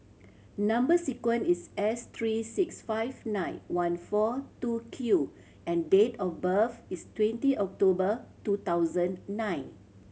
number sequence is S three six five nine one four two Q and date of birth is twenty October two thousand nine